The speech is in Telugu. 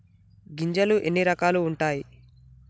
గింజలు ఎన్ని రకాలు ఉంటాయి?